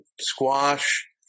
squash